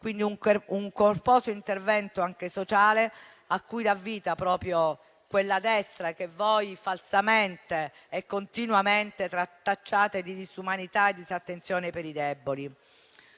con un corposo intervento anche sociale, cui dà vita proprio quella destra che voi, falsamente e continuamente, tacciate di disumanità e disattenzione per i deboli.